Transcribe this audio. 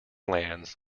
lands